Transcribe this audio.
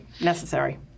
necessary